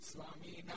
Swami